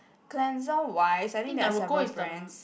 cleanser wise I think there are several brands